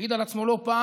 העיד על עצמו לא פעם,